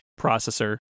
processor